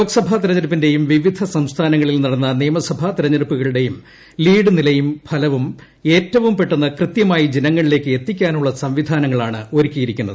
ലോക്സഭാ തെരഞ്ഞെടുപ്പിന്റെയും വിവിധ സംസ്ഥാനങ്ങളിൽ നടന്ന നിയമസഭാ തെരഞ്ഞെടുപ്പുകളു ടെയും ലീഡ് നിലയും ഫലവും ഏറ്റവും പെട്ടെന്ന് കൃത്യമായി ജനങ്ങളിലേക്ക് എത്തിക്കാനുള്ള സംവിധാനങ്ങളാണ് ഒരുക്കിയിരിക്കുന്നത്